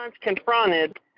confronted